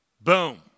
Boom